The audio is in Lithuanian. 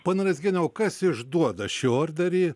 ponia razgiene o kas išduoda šį orderį